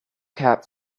cap